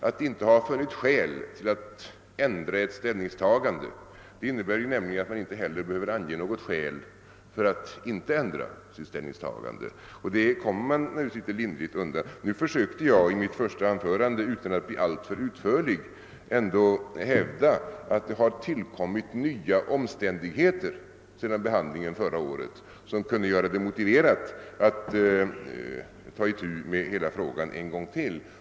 Att inte ha funnit skäl att ändra sitt ställningstagande innebär nämligen att man inte heller behöver ange något skäl för att inte ändra sitt ställningstagande. Jag försökte i mitt första anförande att utan att bli alltför utförlig hävda att det sedan ärendet behandlades förra året har tillkommit nya omständigheter vilka kunde göra det motiverat att ta itu med det en gång till.